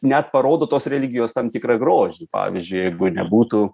net parodo tos religijos tam tikrą grožį pavyzdžiui jeigu nebūtų